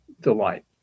delight